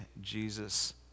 Jesus